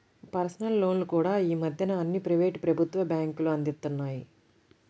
personal లోన్లు కూడా యీ మద్దెన అన్ని ప్రైవేటు, ప్రభుత్వ బ్యేంకులూ అందిత్తన్నాయి